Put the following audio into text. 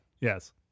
Yes